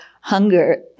hunger